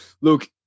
look